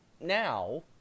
now